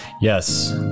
Yes